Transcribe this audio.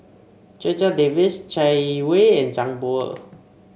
Checha Davies Chai Yee Wei and Zhang Bohe